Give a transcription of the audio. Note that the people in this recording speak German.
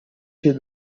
viel